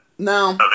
No